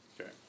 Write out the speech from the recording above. Okay